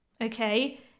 Okay